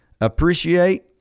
appreciate